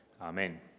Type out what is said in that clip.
Amen